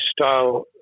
style